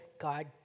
God